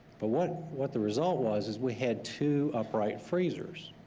but what what the result was is we had two upright freezers,